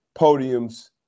podiums